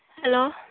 hello